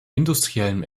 industriellen